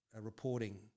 reporting